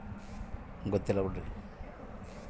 ಸರಕಾರಿ ಸಂಬಂಧಪಟ್ಟ ಕಾರ್ಯಕ್ರಮಗಳನ್ನು ಹೆಂಗ ಪಡ್ಕೊಬೇಕು?